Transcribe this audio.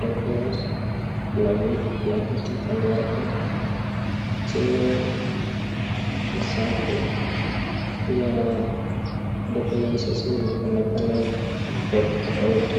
documents, kuna vi, kuna kiti kando yake chini ni safi, pia documents zote ziko na "color" tofauti tofauti.